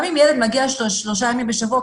גם אם ילד מגיע שלוש פעמים בשבוע,